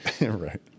Right